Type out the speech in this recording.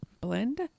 Blend